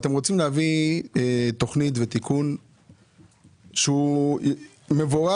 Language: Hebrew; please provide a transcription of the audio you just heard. אתם רוצים להביא תוכנית ותיקון שהוא מבורך,